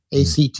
act